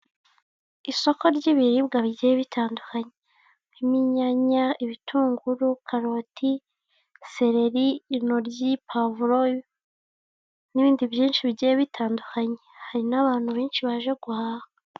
Isoko ry'ibiribwa bigiye bitandukanye. Ririmo inyanya, ibitunguru, karoti, sereri, intoryi pavuro n'ibindi byinshi bigiye bitandukanye. Hari n'abantu benshi baje guhaha.